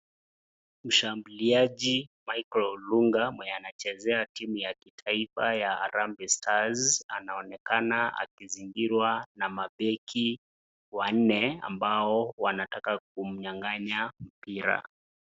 Mshambuliaji Michael Olunga mwenye anachezea timu ya kitaifa ya Harambee Stars anaonekana akizigirwa na mabeki wanne ambao wanataka kumnyang'anya mpira.